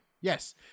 Yes